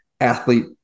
athlete